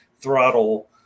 throttle